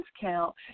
discount